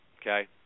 okay